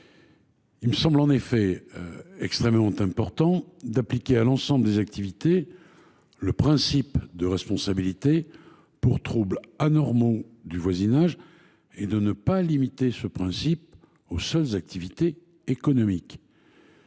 Il me semble en effet extrêmement important d’appliquer à l’ensemble des activités le principe de responsabilité civile pour troubles anormaux du voisinage et de ne pas limiter ce principe aux seules activités économiques.